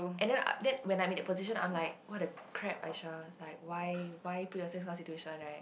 and then uh then when I'm in the position I'm like what a crap Aisyah like why why put yourself in this kind of situation [right]